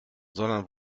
sondern